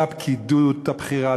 לפקידות הבכירה,